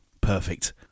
Perfect